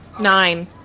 Nine